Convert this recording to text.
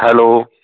hello